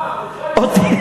אותך, אותך אכזבנו.